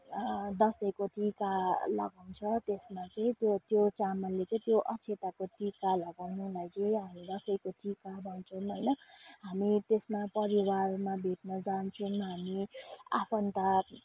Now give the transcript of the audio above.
दसैँको टिका लगाउँछ त्यसमा चाहिँ त्यो त्यो चामलले चाहिँ त्यो अक्षताको टिका लगाउनुलाई चाहिँ हामी दसैँको टिका भन्छौँ होइन हामी त्यसमा परिवारमा भेट्न जान्छौँ हामी आफन्त